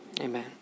amen